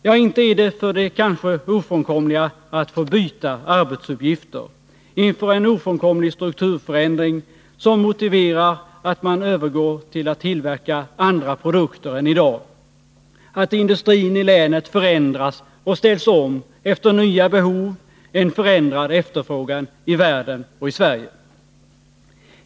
Ja, inte är det för det kanske ofrånkomliga att få byta arbetsuppgifter, inför en ofrånkomlig strukturförändring som motiverar att man övergår till att tillverka andra produkter än i dag, för att industrin i länet förändras och ställs om efter nya behov och en förändrad efterfrågan i världen och i Sverige.